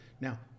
Now